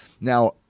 Now